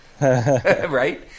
Right